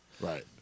Right